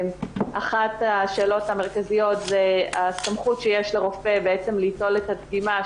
אחת השאלות המרכזיות זה הסמכות שיש לרופא ליטול את הדגימה,